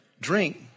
drink